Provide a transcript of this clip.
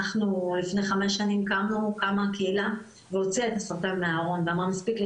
אנחנו לפני חמש שנים הקמנו קהילה והוצאנו את הסרטן מהארון,